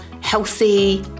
healthy